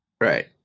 Right